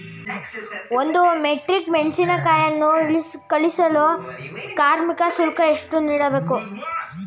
ಒಂದು ಮೆಟ್ರಿಕ್ ಮೆಣಸಿನಕಾಯಿಯನ್ನು ಇಳಿಸಲು ಕಾರ್ಮಿಕ ಶುಲ್ಕ ಎಷ್ಟು ನೀಡಬೇಕು?